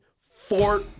Fort